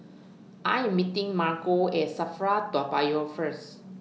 I Am meeting Margo At SAFRA Toa Payoh First